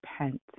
repent